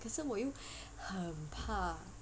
可是我也很怕